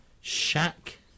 shack